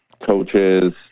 coaches